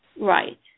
Right